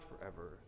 forever